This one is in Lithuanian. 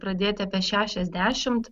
pradėti apie šešiasdešimt